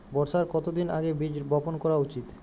বর্ষার কতদিন আগে বীজ বপন করা উচিৎ?